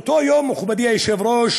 מאותו יום, מכובדי היושב-ראש,